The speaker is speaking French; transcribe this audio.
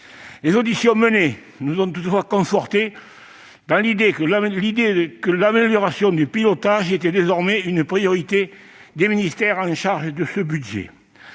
Les auditions menées nous ont toutefois confortés dans l'idée que l'amélioration du pilotage était désormais une priorité des ministères en charge de ce budget.